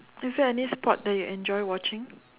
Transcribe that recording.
is there any sport that you enjoy watching